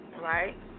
Right